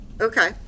Okay